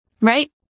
right